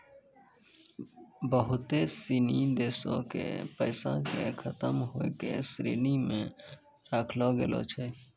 बहुते सिनी देशो के पैसा के खतम होय के श्रेणी मे राखलो गेलो छै